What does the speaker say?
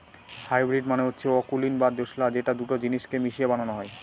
hybrid মানে হচ্ছে অকুলীন বা দোঁশলা যেটা দুটো জিনিস কে মিশিয়ে বানানো হয়